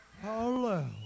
Hello